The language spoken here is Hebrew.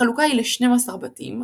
החלוקה היא לשנים-עשר בתים,